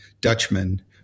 Dutchman